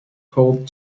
cold